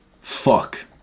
fuck